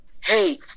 hey